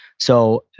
so,